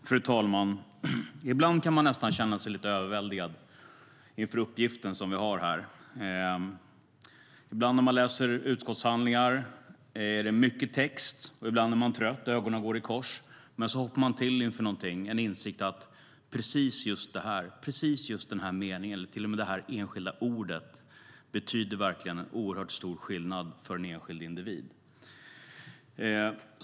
Fru talman! Ibland kan jag nästan känna mig lite överväldigad inför uppgiften som vi har. Det är mycket text att läsa i utskottshandlingarna, och ibland är jag så trött att ögonen går i kors. Men så hoppar jag till inför något och får insikten att just den där meningen eller det där enda ordet betyder stor skillnad för den enskilda individen.